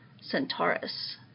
Centaurus